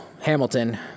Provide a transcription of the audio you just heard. Hamilton